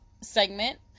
segment